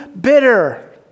bitter